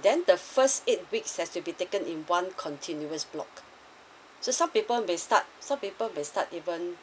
then the first eight weeks has to be taken in one continuous block so some people may start some people may start even